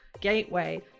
gateway